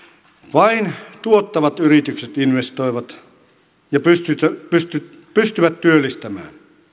vain tuottavat yritykset investoivat ja pystyvät työllistämään